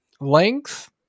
length